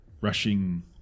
rushing